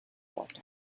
water